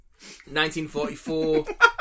1944